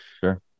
Sure